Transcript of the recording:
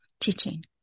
teaching